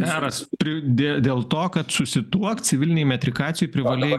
geras pri dė dėl to kad susituokt civilinėj metrikacijoj privalėjai